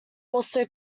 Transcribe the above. also